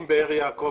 אם באר יעקב